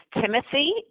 Timothy